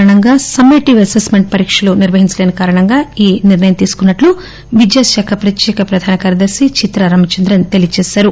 corona lockdown కారణంగా summative assessment పరీక్షలు నిర్వహించలేని కారణంగా ఈ నిర్ణయం తీసుకున్నారు విద్యాశాఖ ప్రత్యేక ప్రధాన కార్యదర్శి చిత్రరామచంద్రన్ ఈ విషయం తెలియచేస్తారు